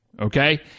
okay